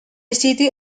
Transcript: city